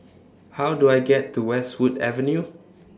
How Do I get to Westwood Avenue